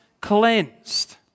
cleansed